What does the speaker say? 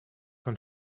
von